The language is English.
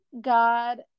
God